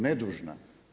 Nedužna.